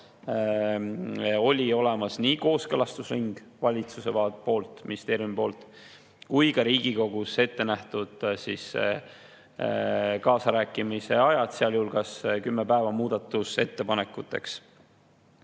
oli olemas nii kooskõlastusring valitsuse poolt, ministeeriumi poolt kui ka Riigikogus ettenähtud kaasarääkimise ajad, sealhulgas kümme päeva muudatusettepanekuteks.